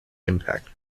impact